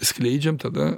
skleidžiam tada